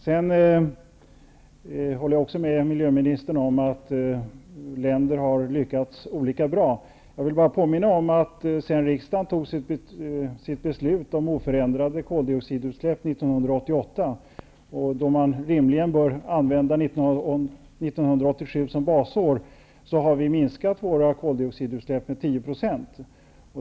Jag håller även med miljöministern om att olika länder har lyckats olika bra. Jag vill bara påminna om, att sedan riksdagen 1988 fattade beslut om oförändrade koldioxidutsläpp -- och då man rimligen bör använda år 1987 som basår -- har vi minskat våra koldioxidutsläpp med 10 %.